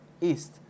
east